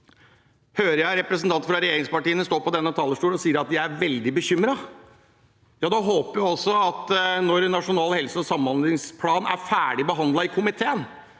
hører jeg representanter fra regjeringspartiene stå på denne talerstolen og si at de er veldig bekymret. Ja, da håper jeg at man når Nasjonal helse- og samhandlingsplan er ferdig behandlet i komiteen,